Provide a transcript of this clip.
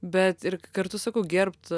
bet ir kartu sakau gerbt